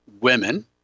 women